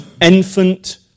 infant